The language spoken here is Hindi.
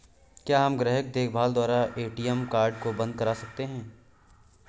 क्या हम ग्राहक देखभाल द्वारा ए.टी.एम कार्ड को बंद करा सकते हैं?